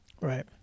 Right